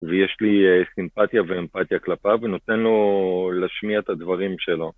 ויש לי סימפתיה ואמפתיה כלפיו ונותן לו להשמיע את הדברים שלו.